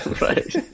right